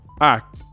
act